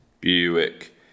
Buick